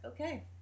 okay